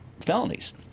felonies